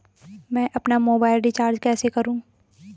मैं अपना mobile recharge कैसे करूँ?